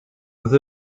with